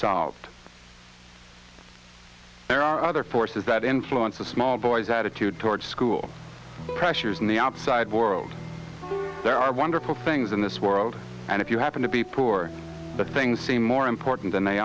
solved there are other forces that influence the small boys attitude toward school pressures in the outside world there are wonderful things in this world and if you happen to be poor but things seem more important than they